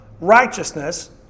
righteousness